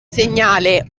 segnale